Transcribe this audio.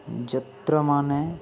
ଚିତ୍ରମାନେ